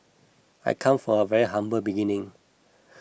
I come from very humble beginning